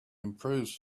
improves